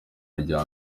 rya